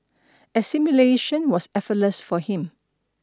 assimilation was effortless for him